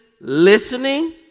listening